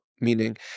meaning